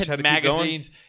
Magazines